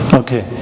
okay